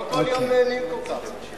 לא כל יום נהנים פה כך.